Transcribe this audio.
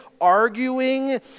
arguing